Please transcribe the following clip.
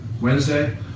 Wednesday